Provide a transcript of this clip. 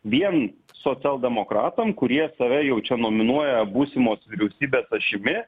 vien socialdemokratam kurie save jau čia nominuoja būsimos vyriausybės ašimi